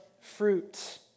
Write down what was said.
fruit